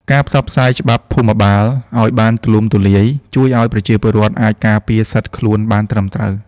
ការផ្សព្វផ្សាយច្បាប់ភូមិបាលឱ្យបានទូលំទូលាយ ជួយឱ្យប្រជាពលរដ្ឋអាចការពារសិទ្ធិខ្លួនបានត្រឹមត្រូវ។